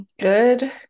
good